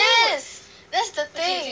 yes that's the thing